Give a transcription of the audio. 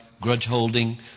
grudge-holding